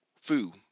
Fu